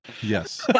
Yes